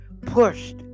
pushed